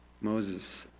Moses